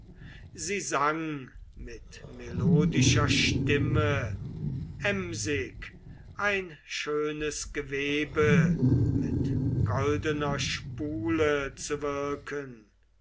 sie sang mit melodischer stimme emsig ein schönes gewebe mit goldener spule zu wirken